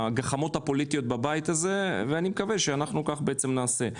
לגחמות הפוליטיות בבית הזה ואני מקווה שכך נעשה.